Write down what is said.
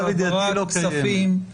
אפשר בהחלט בתוך חודשים ספורים להביא חוק נכון,